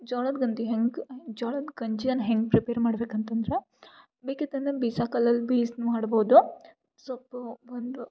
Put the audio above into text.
ಜೋಳದ್ ಗಂಜಿ ಹೆಂಗೆ ಜೋಳದ್ ಗಂಜಿಯನ್ನು ಹೆಂಗೆ ಪ್ರಿಪೇರ್ ಮಾಡ್ಬೇಕು ಅಂತಂದ್ರೆ ಬೇಕಿತ್ತಂದನ ಬೀಸೋ ಕಲ್ಲಲ್ಲಿ ಬೀಸಿ ಮಾಡ್ಬೌದು ಸ್ವಲ್ಪ ಒಂದು